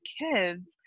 kids